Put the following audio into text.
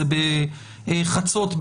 זה בחצות,